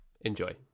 Enjoy